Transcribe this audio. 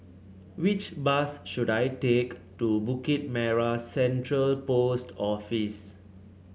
which bus should I take to Bukit Merah Central Post Office